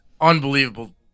unbelievable